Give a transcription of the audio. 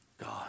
God